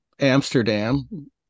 amsterdam